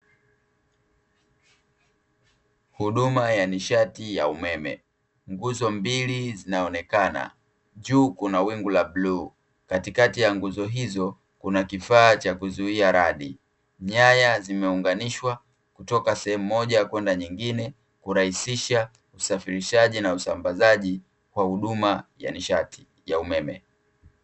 Huduma ya nishati ya umeme. Nguzo mbili zinaonekana. Juu kuna wingu la bluu, katikati ya nguzo hizo kuna kifaa cha kuzuia radi. Nyaya zimeunganishwa kutoka sehemu moja kwenda nyingine, kurahisisha usafirishaji na usambazaji wa huduma ya nishati ya umeme.